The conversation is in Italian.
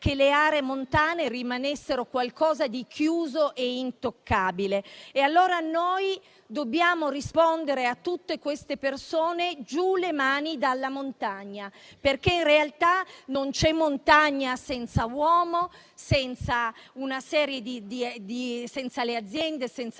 che le aree montane rimanessero qualcosa di chiuso e intoccabile. Noi dobbiamo rispondere a tutte queste persone: giù le mani dalla montagna. In realtà, infatti, non c'è montagna senza uomo, senza le aziende, senza